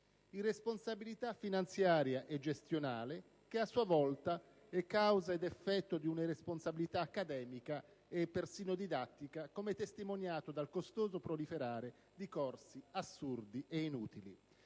Irresponsabilità finanziaria e gestionale, a sua volta causa ed effetto di un'irresponsabilità accademica e persino didattica, com'è testimoniato dal costoso proliferare di corsi assurdi e inutili.